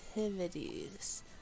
Activities